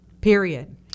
period